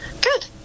Good